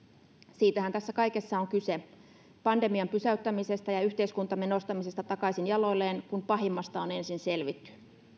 siitähän tässä kaikessa on kyse pandemian pysäyttämisestä ja yhteiskuntamme nostamisesta takaisin jaloilleen kun pahimmasta on ensin selvitty